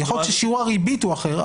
יכול להיות ששיעור הריבית הוא אחר,